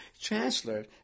Chancellor